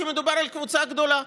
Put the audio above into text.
כי מדובר על קבוצה גדולה,